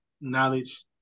knowledge